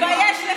לא מתבייש?